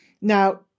Now